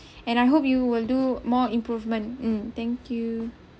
and I hope you will do more improvement mm thank you